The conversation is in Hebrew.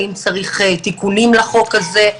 האם צריך תיקונים לחוק הזה,